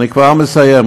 אני כבר מסיים.